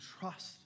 trust